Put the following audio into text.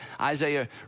Isaiah